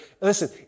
Listen